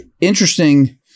Interesting